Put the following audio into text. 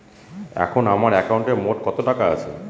এখন আমার একাউন্টে মোট কত টাকা আছে?